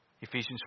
Ephesians